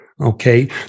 okay